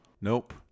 Nope